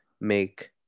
make